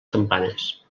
campanes